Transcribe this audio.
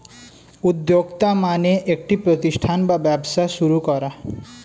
উদ্যোক্তা মানে একটি প্রতিষ্ঠান বা ব্যবসা শুরু করা